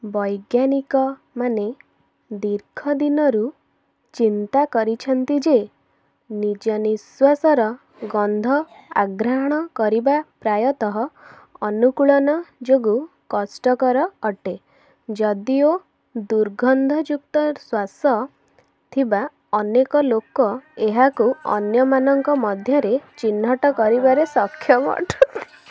ବୈଜ୍ଞାନିକମାନେ ଦୀର୍ଘ ଦିନରୁ ଚିନ୍ତା କରିଛନ୍ତି ଯେ ନିଜ ନିଶ୍ୱାସର ଗନ୍ଧ ଆଘ୍ରାଣ କରିବା ପ୍ରାୟତଃ ଅନୁକୂଳନ ଯୋଗୁଁ କଷ୍ଟକର ଅଟେ ଯଦିଓ ଦୁର୍ଗନ୍ଧଯୁକ୍ତ ଶ୍ୱାସ ଥିବା ଅନେକ ଲୋକ ଏହାକୁ ଅନ୍ୟମାନଙ୍କ ମଧ୍ୟରେ ଚିହ୍ନଟ କରିବାରେ ସକ୍ଷମ ଅଟନ୍ତି